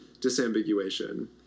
Disambiguation